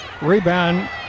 Rebound